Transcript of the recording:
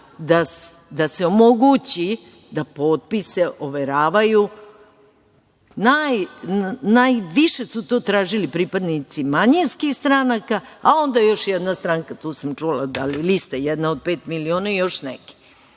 da se omogući da potpise overavaju, najviše su to tražili pripadnici manjinskih stranaka, a onda još jedna stranka, to sam čula, da li lista „Jedan od pet miliona“ i još neki.